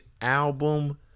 album